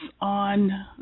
on